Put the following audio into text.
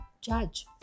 Judge